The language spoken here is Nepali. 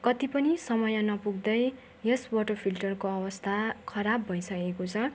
कति पनि समय नपुग्दै यस वाटर फिल्टरको अवस्था खराब भइसकेको छ